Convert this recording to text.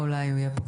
אין לי הערות.